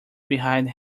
behind